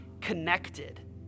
connected